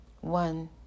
one